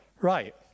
Right